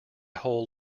whole